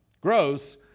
gross